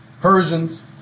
Persians